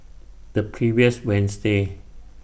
The previous Wednesday